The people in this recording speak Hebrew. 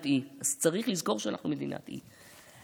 וצריך לזכור שאנחנו גם מדינת אי.